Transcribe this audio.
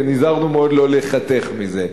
ונזהרנו מאוד לא להיחתך מזה.